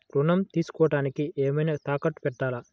ఋణం తీసుకొనుటానికి ఏమైనా తాకట్టు పెట్టాలా?